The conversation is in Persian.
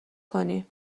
کنی